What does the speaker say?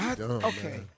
okay